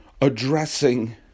addressing